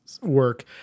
work